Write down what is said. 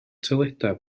toiledau